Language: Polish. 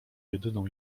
jedyną